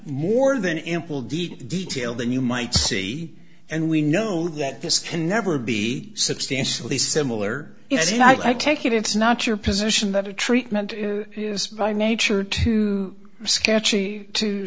more than ample deed detail than you might see and we know that this can never be substantially similar is it i take it it's not your position that a treatment is by nature too sketchy to